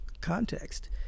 context